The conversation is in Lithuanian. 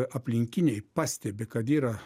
aplinkiniai pastebi kad yra